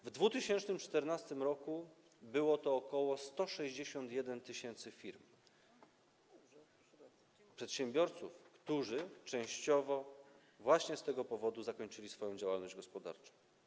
W 2014 r. było to ok. 161 tys. firm, przedsiębiorców, którzy częściowo właśnie z tego powodu zakończyli swoją działalność gospodarczą.